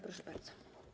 Proszę bardzo.